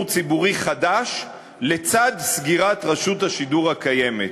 ציבורי חדש לצד סגירת רשות השידור הקיימת.